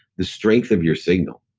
the strength of your signal.